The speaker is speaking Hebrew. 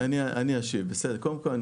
קודם כול,